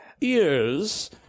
ears